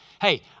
Hey